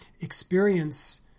experience